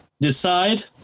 decide